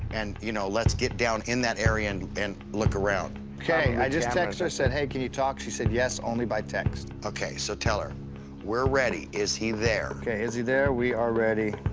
and you know let's get down in that area and and look around. ok, i just texted her, said, hey, can you talk? she said, yes, only by text. ok, so tell her we're ready. is he there. ok, is he there, we are ready.